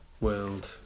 World